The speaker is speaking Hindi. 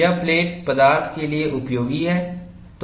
यह प्लेट पदार्थ के लिए उपयोगी है